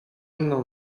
mną